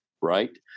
Right